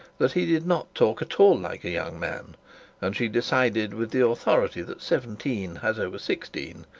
that he did not talk at all like a young man and she decided with the authority that seventeen has over sixteen,